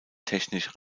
technisch